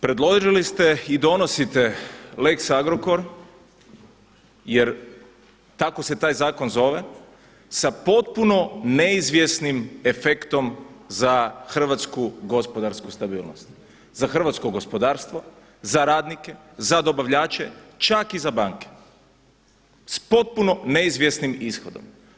Predložili ste i donosite lex Agrokor jer tako se taj zakon zove sa potpuno neizvjesnim efektom za hrvatsku gospodarsku stabilnost, za hrvatsko gospodarstvo, za radnike, za dobavljače, čak i za banke s potpuno neizvjesnim ishodom.